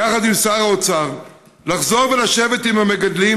יחד עם שר האוצר לחזור לשבת עם המגדלים